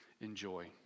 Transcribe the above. enjoy